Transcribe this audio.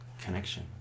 Connection